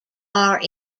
are